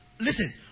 listen